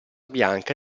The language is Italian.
bianca